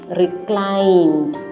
reclined